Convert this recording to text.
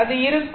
அது இருக்கும்